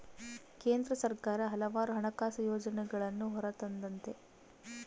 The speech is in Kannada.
ಕೇಂದ್ರ ಸರ್ಕಾರ ಹಲವಾರು ಹಣಕಾಸು ಯೋಜನೆಗಳನ್ನೂ ಹೊರತಂದತೆ